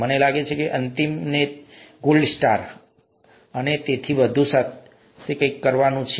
મને લાગે છે કે અંતિમને ગોલ્ડ સ્ટાર અને તેથી વધુ સાથે કંઈક કરવાનું છે